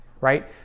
right